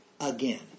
again